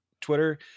twitter